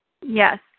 Yes